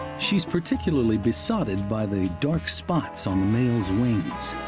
she's particularly besotted by the dark spots on the male's wings.